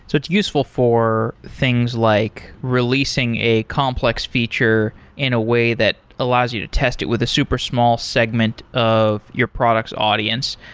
so it's useful for things like releasing a complex feature in a way that allows you to test it with a super small segment of your product's audience.